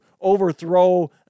overthrow